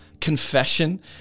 confession